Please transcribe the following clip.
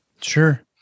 sure